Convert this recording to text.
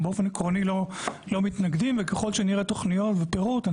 אנחנו באופן עקרוני לא מתנגדים וככל שנראה תוכניות ופירוט,